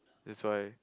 that's why